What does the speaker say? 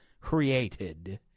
created